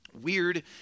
weird